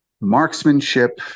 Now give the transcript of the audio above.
marksmanship